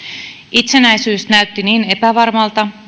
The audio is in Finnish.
itsenäisyys näytti niin epävarmalta